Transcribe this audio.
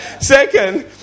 Second